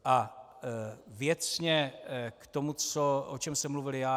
A věcně k tomu, o čem jsem mluvil já.